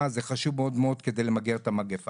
אז זה חשוב מאוד על מנת למגר את המגיפה.